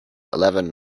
eleven